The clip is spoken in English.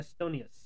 Estonius